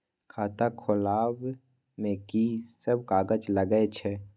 खाता खोलब में की सब कागज लगे छै?